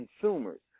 consumers